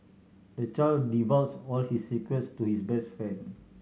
the child divulged all his secrets to his best friend